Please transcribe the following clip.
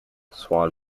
swan